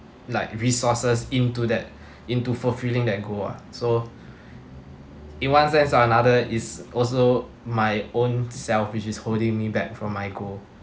like resources into that into fulfilling that goal ah so in one sense or another it's also my own self which is holding me back from my goal